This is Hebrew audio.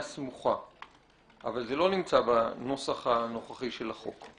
"סמוכה" אבל זה לא נמצא בנוסח הנוכחי של החוק.